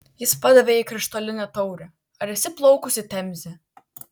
jis padavė jai krištolinę taurę ar esi plaukusi temze